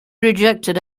rejected